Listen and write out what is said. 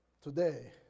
Today